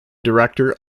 director